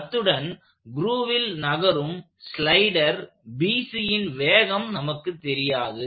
அத்துடன் க்ரூவில் நகரும் ஸ்லைடர் BCன் வேகம் நமக்குத் தெரியாது